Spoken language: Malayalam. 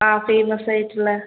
ആ ഫേമസ് ആയിട്ടുള്ള